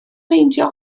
meindio